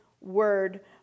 word